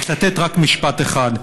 אצטט רק משפט אחד: